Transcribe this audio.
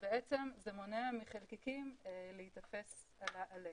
בעצם זה מונע מחלקיקים להיתפס על העלה.